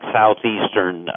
southeastern